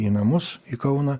į namus į kauną